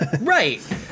right